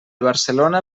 barcelona